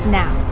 now